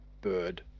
bird